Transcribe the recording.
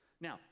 Now